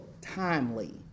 timely